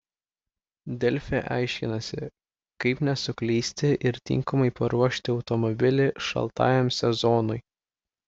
delfi aiškinasi kaip nesuklysti ir tinkamai paruošti automobilį šaltajam sezonui